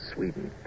Sweden